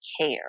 care